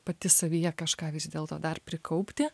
pati savyje kažką vis dėlto dar prikaupti